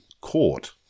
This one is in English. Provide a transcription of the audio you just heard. court